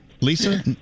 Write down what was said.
lisa